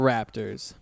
Raptors